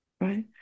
Right